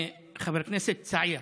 חבר כנסת צעיר: